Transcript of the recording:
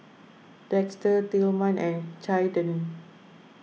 Dexter Tilman and Caiden